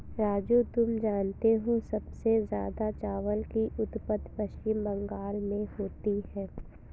राजू तुम जानते हो सबसे ज्यादा चावल की उत्पत्ति पश्चिम बंगाल में होती है